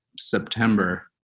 september